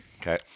Okay